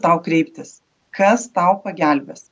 tau kreiptis kas tau pagelbės